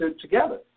together